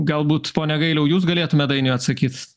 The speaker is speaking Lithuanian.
galbūt pone gailiau jūs galėtumėt dainiui atsakyt